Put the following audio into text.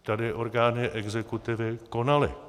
Tady orgány exekutivy konaly.